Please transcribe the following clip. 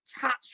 touch